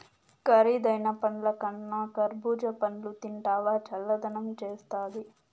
కరీదైన పండ్లకన్నా కర్బూజా పండ్లు తింటివా చల్లదనం చేస్తాది